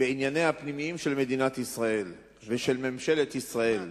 בענייניה הפנימיים של מדינת ישראל ושל ממשלת ישראל נכונים,